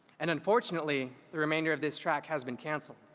and unfortunately, the remainder of this track has been canceled.